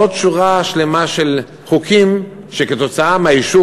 ועוד שורה שלמה של חוקים שכתוצאה מהאישור